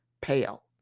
pale